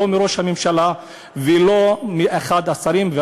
לא מראש הממשלה ולא מאחד השרים,